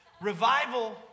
Revival